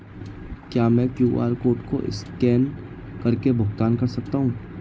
क्या मैं QR code को स्कैन करके भुगतान कर सकता हूं?